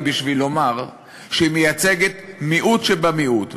בשביל לומר שהיא מייצגת מיעוט שבמיעוט,